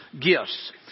gifts